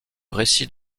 récits